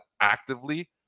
actively